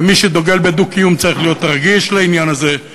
ומי שדוגל בדו-קיום צריך להיות רגיש לעניין הזה.